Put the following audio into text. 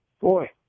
boy